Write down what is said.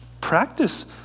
Practice